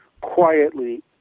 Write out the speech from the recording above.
quietly